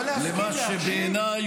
לא להסכים, להקשיב.